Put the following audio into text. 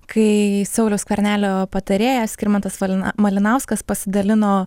kai sauliaus skvernelio patarėjas skirmantas valina malinauskas pasidalino